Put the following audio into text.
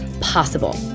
possible